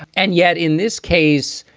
and yet in this case,